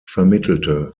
vermittelte